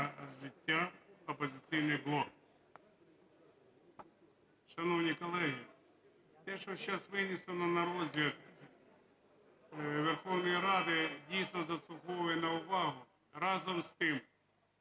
життя", "Опозиційний блок". Шановні колеги, те, що зараз винесено на розгляд Верховної Ради дійсно заслуговує на увагу. Разом з тим,